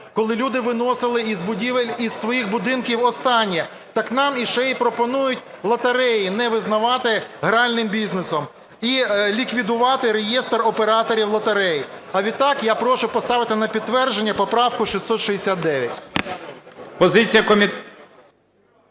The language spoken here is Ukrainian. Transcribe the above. коли люди виносили із будівель, із своїх будинків останнє, так нам ще пропонують лотереї не визнавати гральним бізнесом і ліквідувати реєстр операторів лотерей. А відтак я прошу поставити на підтвердження поправку 669. ГОЛОВУЮЧИЙ.